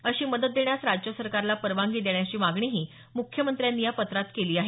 अशी मदत देण्यास राज्य सरकारला परवानगी देण्याची मागणीही मुख्यमंत्री ठाकरे यांनी पत्रात केली आहे